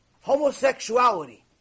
Homosexuality